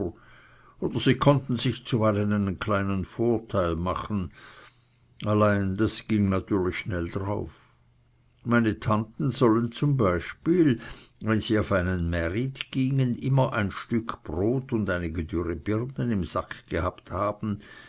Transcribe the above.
oder sie konnten sich zuweilen einen kleinen vorteil machen allein das ging natürlich schnell darauf meine tanten sollen zum beispiel wenn sie auf einen märit gingen immer ein stück brot und einige dürre birnen im sack gehabt haben